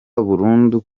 burundu